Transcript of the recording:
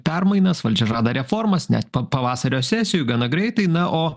permainas valdžia žada reformas net pavasario sesijoj gana greitai na o